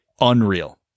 Unreal